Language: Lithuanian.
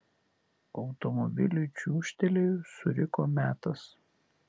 automobiliui čiūžtelėjus suriko metas